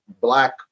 black